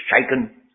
shaken